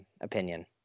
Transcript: opinion